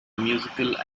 musical